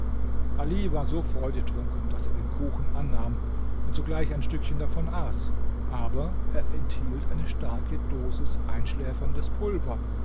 ali war so freudetrunken daß er den kuchen annahm und sogleich ein stückchen davon aß aber er enthielt eine starke dosis einschläferndes pulver